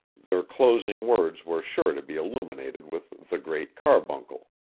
their closing words were sure to be illuminated with the great carbuncle.